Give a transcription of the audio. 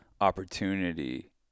opportunity